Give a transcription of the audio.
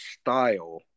style